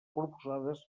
proposades